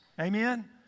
Amen